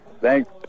Thanks